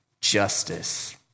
justice